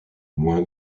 moins